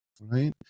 right